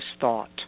thought